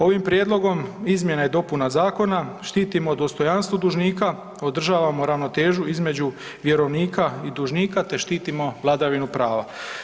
Ovim prijedlogom izmjena i dopuna zakona štitimo dostojanstvo dužnika, održavamo ravnotežu između vjerovnika i dužnika te štitimo vladavinu prava.